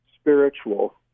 spiritual